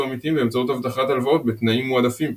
עמיתים באמצעות הבטחת הלוואות בתנאים מועדפים.